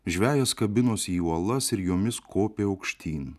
žvejas kabinosi į uolas ir jomis kopė aukštyn